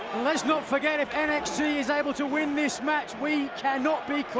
let's not forget if nxt is able to win this match, we cannot be caught.